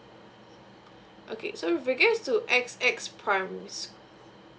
okay so if you gets to X X primary